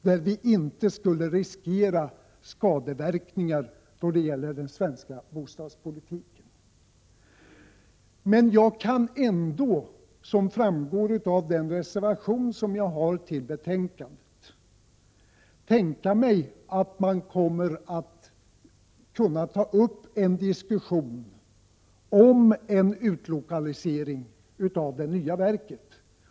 Jag tror inte att ett utlokaliserat planoch bostadsverk skulle kunna fungera på ett bra och tillfredsställande sätt. Men som framgår av den reservation som jag avgivit till betänkandet kan jag ändå tänka mig att man kan ta upp en diskussion om en utlokalisering av det nya verket.